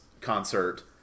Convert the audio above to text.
concert